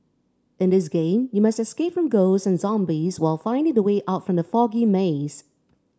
in this game you must escape from ghosts and zombies while finding the way out from the foggy maze